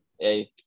hey